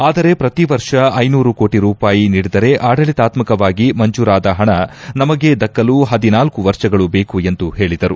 ಆದರೆ ಪ್ರತಿ ವರ್ಷ ಐನೂರು ಕೋಟ ರೂಪಾಯಿ ನೀಡಿದರೆ ಆಡಳಿತಾತ್ಕವಾಗಿ ಮಂಜೂರಾದ ಹಣ ನಮಗೆ ದಕ್ಷಲು ಹದಿನಾಲ್ಲು ವರ್ಷಗಳು ಬೇಕು ಎಂದು ಹೇಳಿದರು